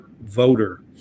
voter